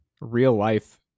real-life